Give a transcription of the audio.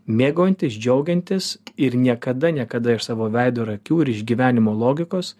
mėgaujantis džiaugiantis ir niekada niekada iš savo veido ir akių ir išgyvenimo logikos